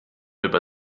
über